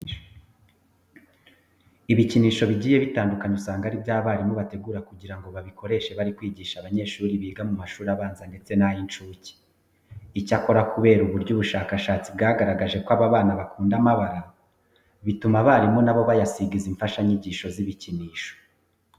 Ibikinisho bigiye bitandukanye usanga ari byo abarimu bategura kugira ngo babikoreshe bari kwigisha abanyeshuri biga mu mashuri abanza ndetse n'ay'incuke. Icyakora kubera uburyo ubushakashatsi bwagaragaje ko aba bana bakunda amabara, bituma abarimu na bo bayasiga izi mfashanyigisho z'ibikinisho.